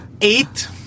Eight